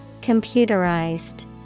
Computerized